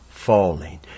falling